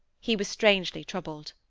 he was strangely troubled.